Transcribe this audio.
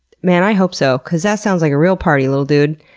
man, i hope so, because that sounds like a real party, little dude.